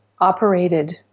operated